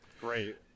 Great